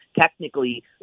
technically